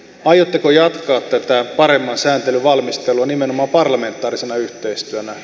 aiotteko jatkaa tätä paremman sääntelyn valmistelua nimenomaan parlamentaarisena yhteistyönä